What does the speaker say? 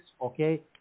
okay